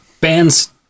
bands